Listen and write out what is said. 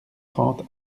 trente